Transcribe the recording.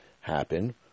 happen